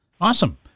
Awesome